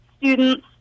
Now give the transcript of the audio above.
students